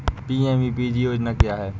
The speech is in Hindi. पी.एम.ई.पी.जी योजना क्या है?